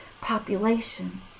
population